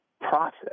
process